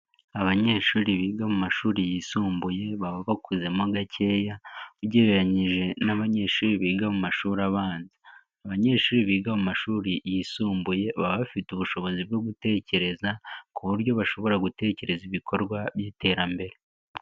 Abanyeshuri biga mu mashuri yisumbuye baba bakuzemo gakeya ugereranyije n'abanyeshuri biga mu mashuri abanza, abanyeshuri biga mu mashuri yisumbuye baba bafite ubushobozi bwo gutekereza ku buryo bashobora gutekereza ibikorwa by'iterambere.